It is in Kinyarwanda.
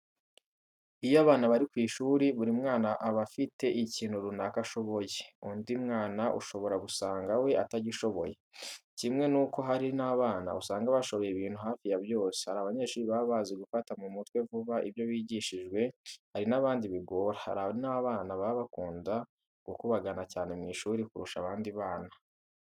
Iyo abana bari ku ishuri buri mwana aba afite ikintu runaka ashoboye, undi mwana ushobora gusanga we atagishoboye, kimwe n'uko hari n'abana usanga bashoboye ibintu hafi ya byose. Hari abanyeshuri baba bazi gufata mu mutwe vuba ibyo bigishwije, hari n'abandi bigora, hari n'abana baba bakunda gukubagana cyane mu ishuri kurusha abandi bana.